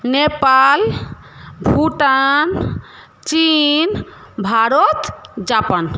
নেপাল ভুটান চীন ভারত জাপান